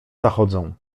zachodzą